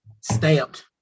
stamped